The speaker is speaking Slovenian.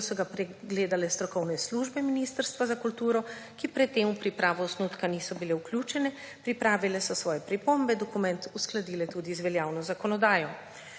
so ga pregledale strokovne službe Ministrstva za kulturo, ki pred tem v pripravo osnutka niso bile vključene. Pripravile so svoje pripombe in dokument uskladile tudi z veljavno zakonodajo.